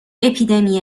اپیدمی